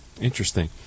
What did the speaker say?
Interesting